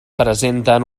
presenten